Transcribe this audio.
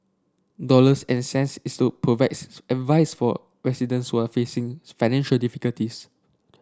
dollars and cents is to provide advice for residents who are facing financial difficulties